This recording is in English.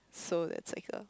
so it's like a